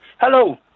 Hello